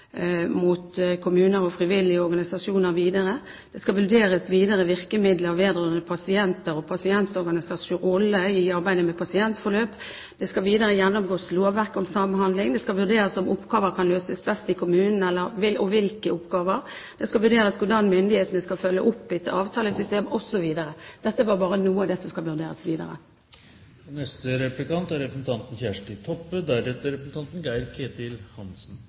mot kommuner og frivillige organisasjoner. Det skal vurderes videre virkemidler vedrørende pasienter og pasientorganisasjoners rolle i arbeidet med pasientforløp, det skal videre gjennomgås lovverk om samhandling, det skal vurderes om oppgaver best kan løses i kommunen, og hvilke oppgaver, det skal vurderes hvordan myndighetene skal følge opp et avtalesystem osv. Dette var bare noe av det som skal vurderes videre. Først vil eg seia at eg merkar meg at Kristeleg Folkeparti er einig med regjeringspartia når det gjeld innsatsstyrt finansiering, og det er